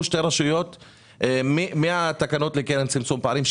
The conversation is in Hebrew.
שתי רשויות מהתקנות לקרן צמצום פערים.